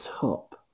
top